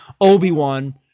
obi-wan